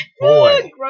boy